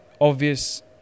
obvious